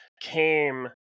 came